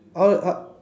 all uh